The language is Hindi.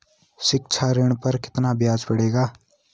शिक्षा ऋण पर कितना ब्याज पड़ेगा?